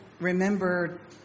remember